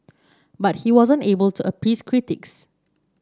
but he wasn't able to appease critics